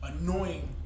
annoying